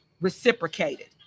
reciprocated